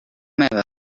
meva